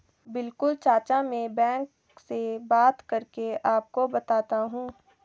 बिल्कुल चाचा में बैंक से बात करके आपको बताता हूं